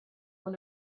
wind